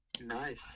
Nice